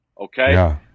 okay